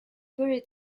buried